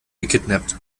gekidnappt